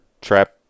Trap